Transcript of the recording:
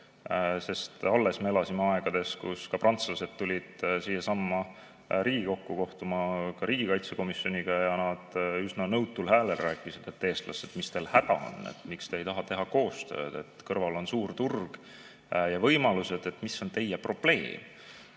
Alles me elasime aegades, kui prantslased tulid siiasamma Riigikokku kohtuma ka riigikaitsekomisjoniga ja nad üsna nõutul häälel rääkisid, et eestlased, mis teil häda on, miks te ei taha teha koostööd – kõrval on suur turg ja võimalused, aga mis on teie probleem.